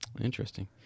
Interesting